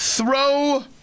throw